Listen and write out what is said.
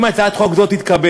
אם הצעת חוק זו תתקבל,